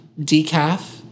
Decaf